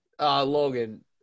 Logan